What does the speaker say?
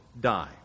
die